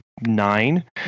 nine